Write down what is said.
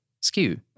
skew